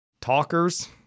talkers